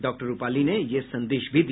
doctor Rupali ने यह संदेश भी दिया